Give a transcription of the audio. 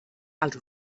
els